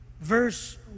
verse